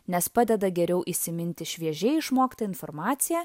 nes padeda geriau įsiminti šviežiai išmoktą informaciją